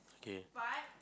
okay